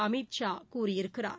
அமித் ஷா கூறியிருக்கிறார்